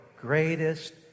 greatest